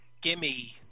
gimme